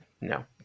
no